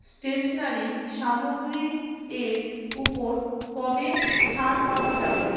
stationery সামগ্রী এর উপর কবে ছাড় পাওয়া যাবে